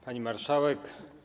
Pani Marszałek!